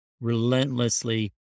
relentlessly